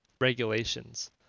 regulations